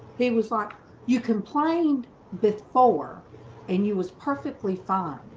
he was like you complained before and you was perfectly fine.